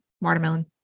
watermelon